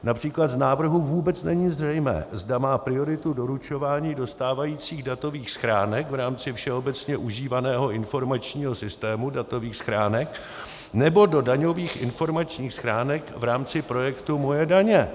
Například z návrhu vůbec není zřejmé, zda má prioritu doručování do stávajících datových schránek v rámci všeobecně užívaného informačního systému datových schránek, nebo do daňových informačních schránek v rámci projektu Moje daně.